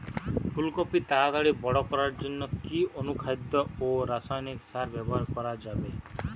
ফুল কপি তাড়াতাড়ি বড় করার জন্য কি অনুখাদ্য ও রাসায়নিক সার ব্যবহার করা যাবে?